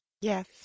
Yes